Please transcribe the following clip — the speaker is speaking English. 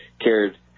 cared